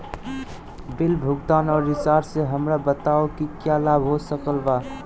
Bill भुगतान और recharge से हमरा बताओ कि क्या लाभ हो सकल बा?